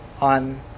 on